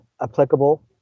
applicable